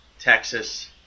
Texas